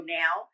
now